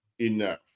enough